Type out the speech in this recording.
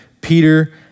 Peter